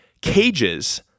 Cages